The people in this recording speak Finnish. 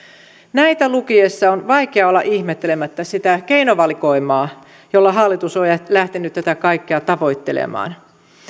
näitä lukiessa on vaikea olla ihmettelemättä sitä keinovalikoimaa jolla hallitus on lähtenyt tätä kaikkea tavoittelemaan